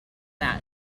that